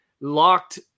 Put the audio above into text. locked